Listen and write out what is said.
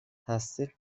تصدیق